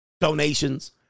donations